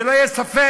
שלא יהיה ספק,